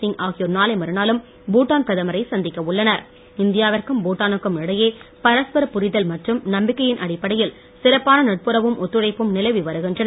சிங் ஆகியோர் நாளை மறுநாளும் இந்தியாவிற்கும் பூட்டானுக்கும் இடையே பரஸ்பர புரிதல் மற்றும் நம்பிக்கையின் அடிப்படையில் சிறப்பான நட்புறவும் ஒத்துழைப்பும் நிலவி வருகின்றன